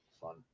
fun